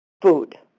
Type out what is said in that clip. food